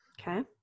Okay